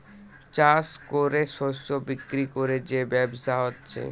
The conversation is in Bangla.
চাষ কোরে শস্য বিক্রি কোরে যে ব্যবসা হচ্ছে